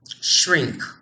shrink